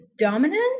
Dominant